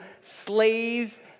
slaves